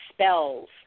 spells